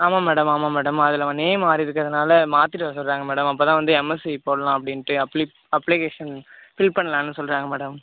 ஆமாம் மேடம் ஆமாம் மேடம் அதில் அவங்க நேம் மாறி இருக்கறனால் மாற்றிட்டு வர சொல்லுறாங்க மேடம் அப்போ தான் வந்து எம்எஸ்சி போடலாம் அப்படின்ட்டு அப்ளிகேஷன் ஃபில் பண்ணலான்னு சொல்லுறாங்க மேடம்